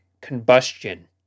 combustion